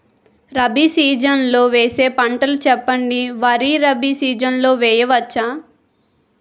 Rabi season లో వేసే పంటలు చెప్పండి? వరి రబీ సీజన్ లో వేయ వచ్చా?